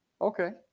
Okay